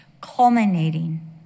culminating